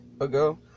Ago